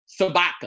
Sabaka